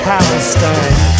Palestine